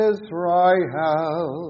Israel